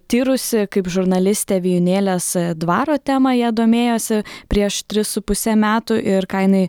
tyrusi kaip žurnalistė vijūnėlės dvaro temą ja domėjosi prieš tris su puse metų ir ką jinai